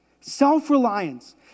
Self-reliance